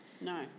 No